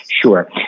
Sure